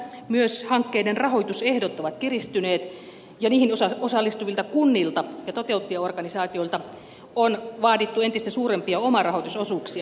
myös hankkeiden rahoitusehdot ovat kiristyneet ja niihin osallistuvilta kunnilta ja toteuttajaorganisaatioilta on vaadittu entistä suurempia omarahoitusosuuksia